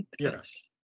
Yes